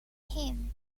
him